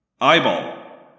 Eyeball